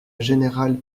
générale